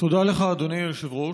תודה לך, אדוני היושב-ראש.